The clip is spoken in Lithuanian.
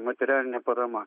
materialinė parama